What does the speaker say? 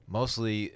mostly